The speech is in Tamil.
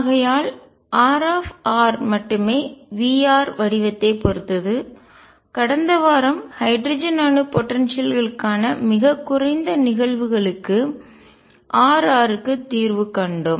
ஆகையால் R மட்டுமே V வடிவத்தைப் பொறுத்தது கடந்த வாரம் ஹைட்ரஜன் அணு போடன்சியல் க்கான ஆற்றலுக்கான மிகக் குறைந்த நிகழ்வுகளுக்கு R க்கு தீர்வு கண்டோம்